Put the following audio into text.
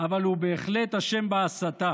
אבל הוא בהחלט אשם בהסתה,